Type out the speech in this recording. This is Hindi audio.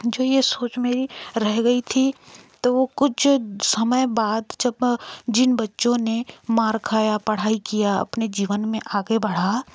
जो ये सोच मेरी रह गई थी तो कुछ जो समय बाद जिन बच्चों ने मार खाया पढ़ाई किया अपने जीवन में आगे बढ़ा